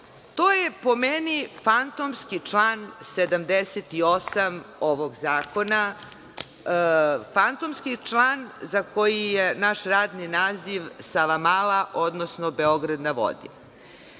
To je po meni fantomski član 78. ovog zakona. Fantomski član za koji je naš radni naziv „Savamala“, odnosno „Beograd na vodi“.